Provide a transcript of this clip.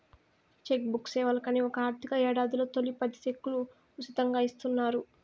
check book సేవలకని ఒక ఆర్థిక యేడాదిలో తొలి పది సెక్కులు ఉసితంగా ఇస్తున్నారు